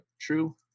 true